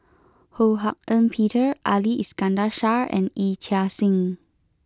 Ho Hak Ean Peter Ali Iskandar Shah and Yee Chia Hsing